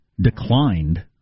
declined